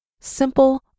simple